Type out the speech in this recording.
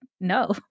No